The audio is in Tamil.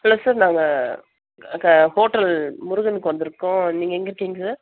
ஹலோ சார் நாங்கள் நாங்கள் ஹோட்டல் முருகனுக்கு வந்திருக்கோம் நீங்கள் எங்கே இருக்கீங்க சார்